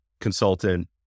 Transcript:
consultant